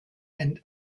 and